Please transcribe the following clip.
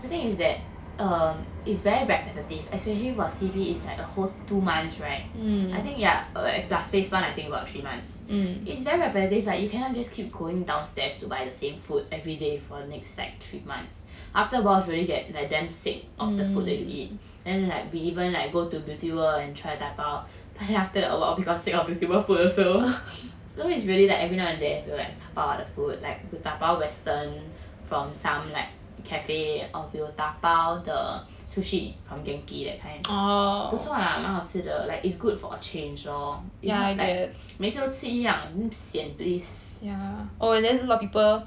the thing is that err it's very repetitive especially for C_B is like a whole two months right I think yeah plus phase one I think about three months it's very repetitive like you cannot just keep going downstairs to buy the same food everyday for the next like three months after a while already get like damn sick of the food that you eat and like we even like go to beauty world and try 打包 but then after awhile we got sick of beauty world food also so it's like every now and then we will like 打包 the food like to 打包 western from some like cafe or we will 打包 the sushi from Genki that kind 不错蛮好吃的 like it's good for a change lor ya like 每次都吃一样的 sian please